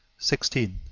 sixteen.